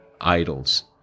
idols